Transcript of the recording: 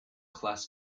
class